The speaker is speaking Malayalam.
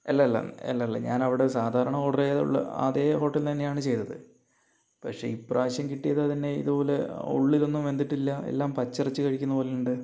അല്ലല്ലാ അല്ലല്ലാ ഞാനവിടെ സാധാരണ ഓർഡർ ചെയ്തിട്ടുള്ള അതേ ഹോട്ടൽ തന്നെയാണ് ചെയ്തത് പക്ഷേ ഈ പ്രാവശ്യം കിട്ടിയത് തന്നേ ഇതുപോലെ ഉള്ളിലൊന്നും വെന്തിട്ടില്ല എല്ലാം പച്ചിറച്ചി കഴിക്കുന്ന പോലെയുണ്ട്